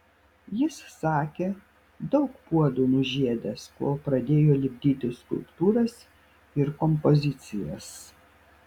jis sakė daug puodų nužiedęs kol pradėjo lipdyti skulptūras ir kompozicijas